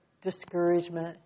discouragement